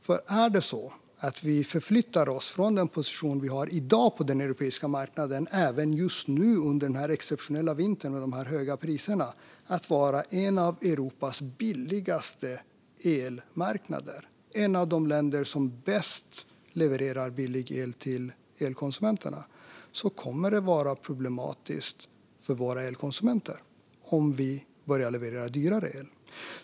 Det handlar om att vi förflyttar oss från den position vi har i dag på den europeiska marknaden, även just nu under denna exceptionella vinter med dessa höga priser, till att vara en av Europas billigaste elmarknader. Även om vi är ett av de länder som bäst levererar billig el till elkonsumenterna kommer det att vara problematiskt för våra konsumenter om vi börjar leverera dyrare el.